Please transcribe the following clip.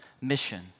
mission